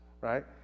right